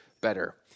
better